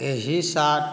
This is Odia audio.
ଏହି ସାର୍ଟ